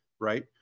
right